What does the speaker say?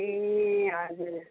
ए हजुर